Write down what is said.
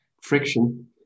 friction